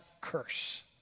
curse